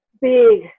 big